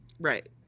right